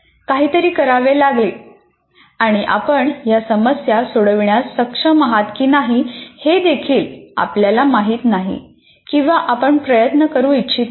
काहीतरी करावे लागेल आणि आपण या समस्या सोडविण्यास सक्षम आहात की नाही हे देखील आपल्याला माहिती नाही किंवा आपण प्रयत्न करू इच्छित नाही